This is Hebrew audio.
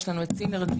יש לנו את 'צימרדי',